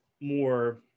more